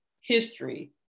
history